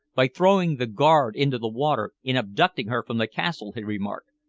by throwing the guard into the water, in abducting her from the castle, he remarked.